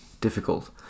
difficult